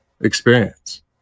experience